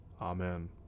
Amen